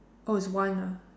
oh is one ah